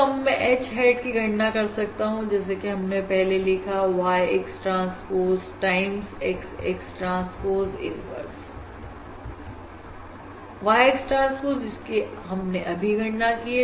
तो अब मैं H hat की गणना कर सकता हूं और जैसे कि हमने पहले लिखा Y X transpose times XX transpose inverse Y X transpose जिसकी हमने अभी गणना की है